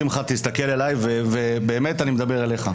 שמחה תסתכל אלי ובאמת אני מדבר אליך: